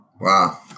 Wow